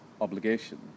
obligation